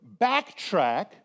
backtrack